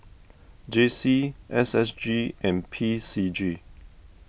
J C S S G and P C G